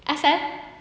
asal